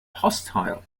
hostile